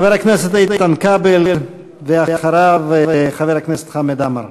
חבר הכנסת איתן כבל, ואחריו, חבר הכנסת חמד עמאר.